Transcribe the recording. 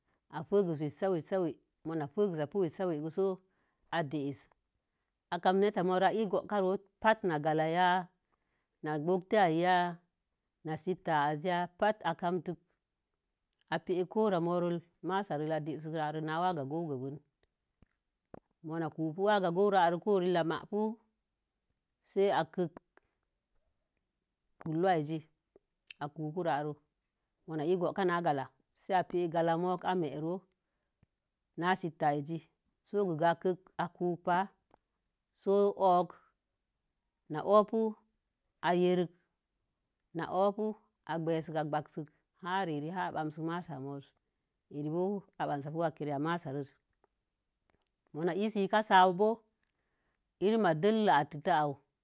A fiksə wasa we-sawe. mo̱o̱-na fiksə pu we sa-we gwe. So ā diisə. Akami-k nəta mo̱oro, a bo̱o̱ka ron pat na gala'ya, na gwotiya i ya, na səta bətə a kamkik. A bekə kurah mo̱o̱re massaren gina waga gogwii gwben mo̱o̱ na kupu wa'ga gowii we rare n mapu sə ā kepi kulu āzi akuku'u rare mo̱o̱lyewe bokana gala'a. gala'a mokə a merehir na, sitəh ē zi sogo akip ǎ ku'upa so wu'ukə na o'okə ā yerik gwesik ā gwansik haha re'are har ā bansi masamo̱o̱ rosə. In bo̱o̱ ā bansəwakə ya massarei mo̱o̱ na i sika sawu bo̱o̱ iren a doleik awo.